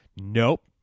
nope